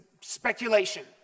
speculation